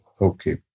Okay